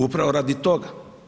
Upravo radi toga.